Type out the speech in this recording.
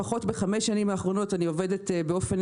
לפחות בחמש השנים האחרונות אני עובדת באופן